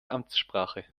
amtssprache